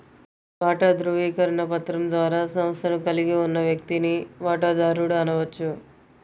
వాటా ధృవీకరణ పత్రం ద్వారా సంస్థను కలిగి ఉన్న వ్యక్తిని వాటాదారుడు అనవచ్చు